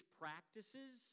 practices